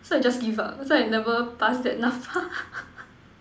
so I just give up so I never pass that N_A_P_F_A